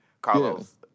Carlos